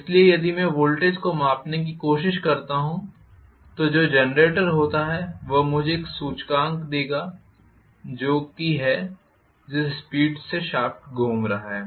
इसलिए यदि मैं वोल्टेज को मापने की कोशिश करता हूं तो जो जेनरेट होता है वह मुझे एक सूचकांक देगा जो कि है जिस स्पीड से शाफ्ट घूम रहा है